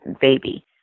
baby